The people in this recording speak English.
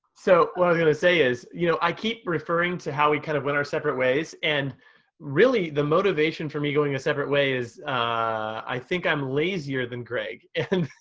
so gonna say is, you know i keep referring to how we kind of went our separate ways and really the motivation for me going a separate way is i think i'm lazier than greg. and